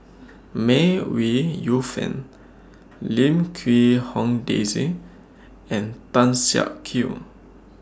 May Ooi Yu Fen Lim Quee Hong Daisy and Tan Siak Kew